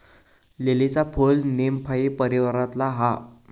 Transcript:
लीलीचा फूल नीमफाई परीवारातला हा